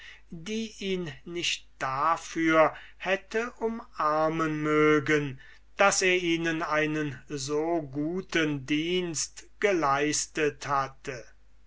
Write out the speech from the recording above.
die ihn nicht dafür hätte umarmen mögen daß er ihnen einen so guten dienst geleistet hatte